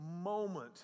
moment